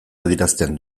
adierazten